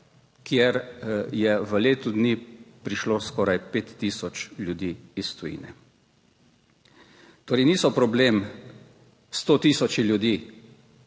kjer je v letu dni prišlo skoraj 5 tisoč ljudi iz tujine. Torej niso problem sto tisoči ljudi,